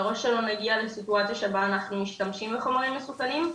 מראש שלא נגיע לסיטואציה שבה אנחנו משתמשים בחומרים מסוכנים,